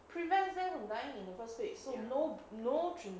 prevents them from dying in the first place so no no